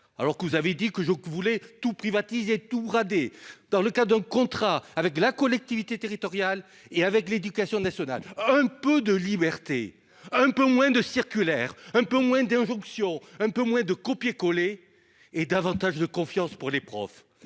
quand vous avez dit que je voulais tout privatiser, tout brader. Il essaie d'offrir, dans le cadre d'un contrat avec la collectivité territoriale et avec l'éducation nationale, un peu de liberté, un peu moins de circulaires, un peu moins d'injonctions, un peu moins de copié-collé, et davantage de confiance pour les profs.